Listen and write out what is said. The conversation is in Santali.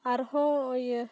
ᱟᱨᱦᱚᱸ ᱤᱭᱟᱹ